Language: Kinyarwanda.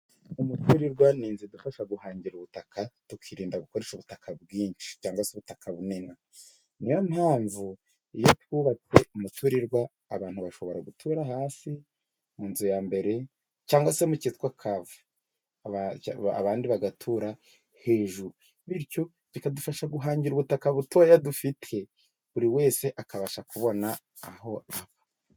Umuturirwa ni inzu idufasha guhangira ubutaka, tukirinda gukoresha ubutaka bwinshi cyangwa ubutaka bunini . N'iyo mpamvu iyo twubatswe umuturirwa abantu bashobora gutura hasi mu nzu ya mbere cyangwa se mu cyitwa kave, abandi bagatura hejuru bityo bikadufasha guhangira ubutaka butoya dufite, buri wese akabasha kubona aho aba.